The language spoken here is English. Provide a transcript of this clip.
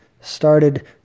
started